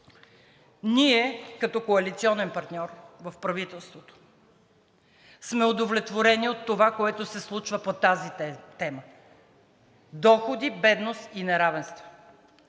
Ние като коалиционен партньор в правителството сме удовлетворени от това, което се случва по тази тема – доходи, бедност и неравенства.